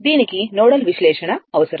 దీనికి నోడల్ విశ్లేషణ అవసరం